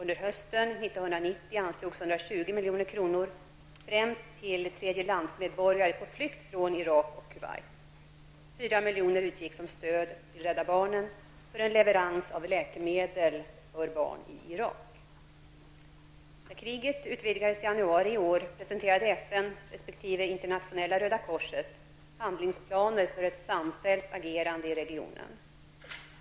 När kriget utvidgades i januari i år presenterade FN resp. Internationella röda korset handlingsplaner för ett samfällt agerande i regionen.